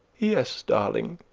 yes, darling,